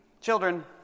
Children